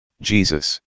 Jesus